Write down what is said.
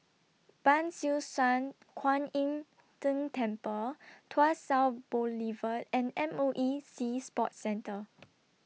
Ban Siew San Kuan Im Tng Temple Tuas South Boulevard and M O E Sea Sports Centre